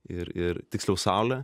ir ir tiksliau saulę